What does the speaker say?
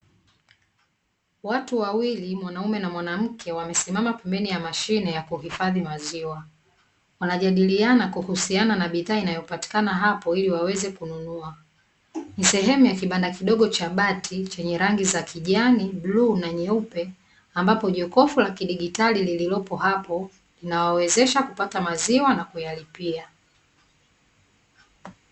Watu wawili mwanaume na mwanamke wamesimama pembeni ya mashine ya kuhifadhi maziwa, wanajadiliana kuhusiana na bidhaa inayopatikana hapo ili waweze kununua, ni sehemu ya kibanda kidogo cha bati chenye rangi ya kijani, bluu, na nyeupe ambapo jokofu la kidigitali lililopo hapo linawawezesha kupata maziwa na kuyalipia.